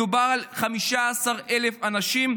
מדובר על 15,000 אנשים,